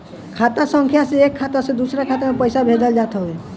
खाता संख्या से एक खाता से दूसरा खाता में पईसा भेजल जात हवे